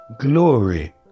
glory